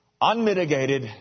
Unmitigated